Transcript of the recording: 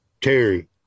Terry